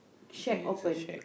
shack open